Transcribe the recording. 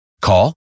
Call